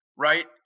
right